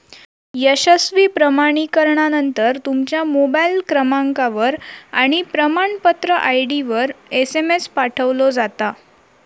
यशस्वी प्रमाणीकरणानंतर, तुमच्या मोबाईल क्रमांकावर आणि प्रमाणपत्र आय.डीवर एसएमएस पाठवलो जाता